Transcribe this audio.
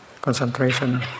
concentration